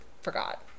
forgot